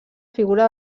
figura